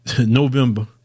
November